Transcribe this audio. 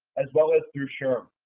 as well as through shrm.